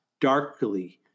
darkly